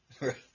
Right